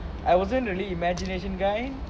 I wasn't really imagination guy